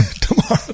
Tomorrow